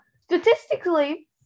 statistically